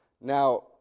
Now